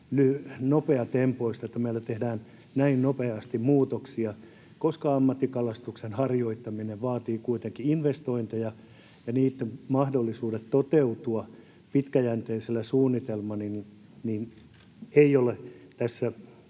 nopeatempoista, että meillä tehdään näin nopeasti muutoksia, koska ammattikalastuksen harjoittaminen vaatii kuitenkin investointeja, ja niitten mahdollisuudet toteutua pitkäjänteisellä suunnitelmalla eivät ole tässä